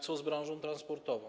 Co z branżą transportową?